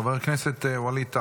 חבר הכנסת ווליד טאהא.